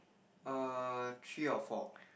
err three or four